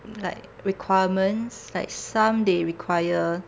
like requirements like some they require